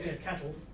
cattle